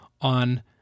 on